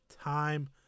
time